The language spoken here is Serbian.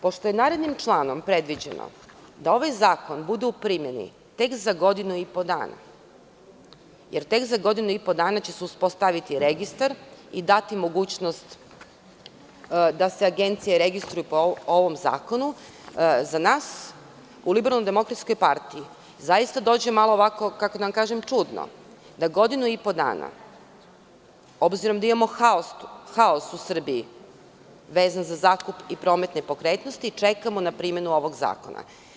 Pošto je narednim članom predviđeno da ovaj zakon bude u primeni tek za godinu i po dana, jer tek za godinu i po dana će se uspostaviti registar i dati mogućnost da se agencije registruju po ovom zakonu, za nas u LDP zaista dođe, malo ovako čudno, da godinu i po dana, obzirom da imamo haos u Srbiji vezan za zakup i promet nepokretnosti, čekamo na primenu ovog zakona.